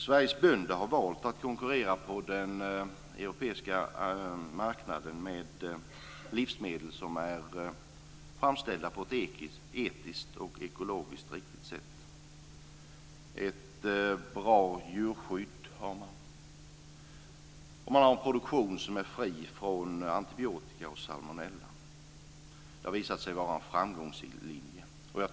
Sveriges bönder har valt att konkurrera på den europeiska marknaden med livsmedel som är framställda på ett etiskt och ekologiskt riktigt sätt. De har ett bra djurskydd och en produktion som är fri från antibiotika och salmonella. Det har visat sig vara en framgångslinje.